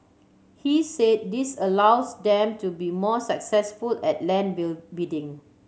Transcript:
he said this allows them to be more successful at land bill bidding